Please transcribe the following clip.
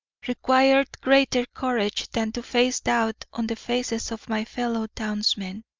required greater courage than to face doubt on the faces of my fellow-townsmen,